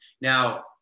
Now